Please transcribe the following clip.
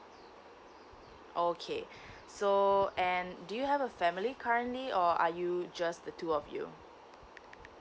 okay so and do you have a family currently or are you just the two of you